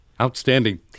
Outstanding